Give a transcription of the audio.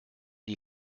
die